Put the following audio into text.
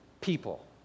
people